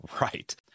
right